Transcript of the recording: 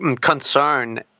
concern